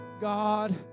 God